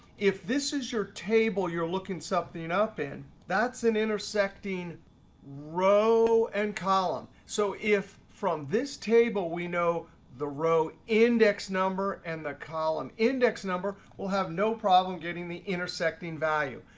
if this is your table you're looking something up in, that's an intersecting row and column. so if from this table we know the row index number and the column index number, we'll have no problem getting the intersecting value.